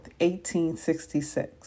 1866